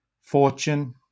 fortune